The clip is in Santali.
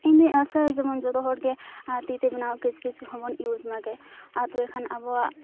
ᱤᱧ ᱫᱩᱧ ᱟᱥᱚᱜᱼᱟ ᱡᱮᱢᱚᱱ ᱡᱚᱛᱚᱦᱚᱲ ᱜᱮ ᱛᱤᱛᱮ ᱵᱮᱱᱟᱣ ᱠᱤᱪᱨᱤᱡᱽ ᱦᱚᱸᱵᱚᱱ ᱤᱭᱩᱡᱽᱢᱟ ᱜᱮ ᱟᱨ ᱛᱚᱵᱮᱠᱷᱟᱱ ᱟᱵᱚᱣᱟᱜ